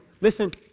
Listen